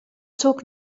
zug